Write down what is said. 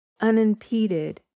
unimpeded